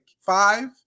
five